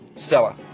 Stella